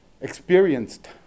experienced